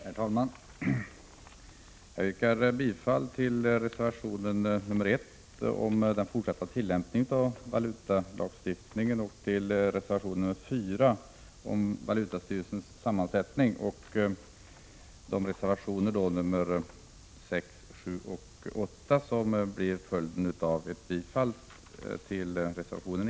Herr talman! Jag yrkar bifall till reservation 1 om den fortsatta tillämpningen av valutalagstiftningen, till reservation 4 om valutastyrelsens sammansättning och reservationerna 6, 7 och 8 som gäller under förutsättning av bifall till reservation 1.